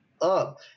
up